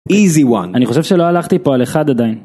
וואלה הרבה זמן אני חושב מה לעשות אם להציע לה או לא